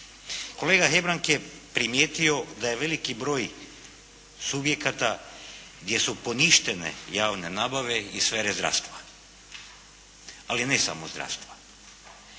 Kolega Hebrang je primijetio da je veliki broj subjekata gdje su poništene javne nabave iz sfere zdravstva, ali ne samo zdravstva.